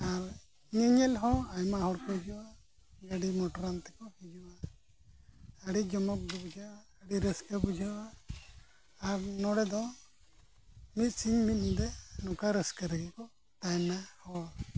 ᱟᱨ ᱧᱮᱧᱮᱞ ᱦᱚᱸ ᱟᱭᱢᱟ ᱦᱚᱲ ᱠᱚ ᱦᱤᱡᱩᱜᱼᱟ ᱜᱟᱹᱰᱤ ᱢᱚᱴᱚᱨ ᱟᱱ ᱛᱮᱠᱚ ᱦᱤᱡᱩᱜᱼᱟ ᱟᱹᱰᱤ ᱡᱚᱢᱚᱠ ᱜᱮ ᱵᱩᱡᱷᱟᱹᱣᱟᱜᱼᱟ ᱟᱹᱰᱤ ᱨᱟᱹᱥᱠᱟᱹ ᱜᱮ ᱵᱩᱡᱷᱟᱹᱣᱟᱜᱼᱟ ᱟᱨ ᱱᱚᱰᱮ ᱫᱚ ᱢᱤᱫ ᱥᱤᱧ ᱢᱤᱫ ᱧᱤᱫᱟᱹ ᱱᱚᱠᱟ ᱨᱟᱹᱥᱠᱟᱹ ᱨᱮᱜᱮ ᱠᱚ ᱛᱟᱦᱮᱱᱟ ᱦᱚᱲ